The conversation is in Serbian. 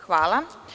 Hvala.